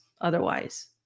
otherwise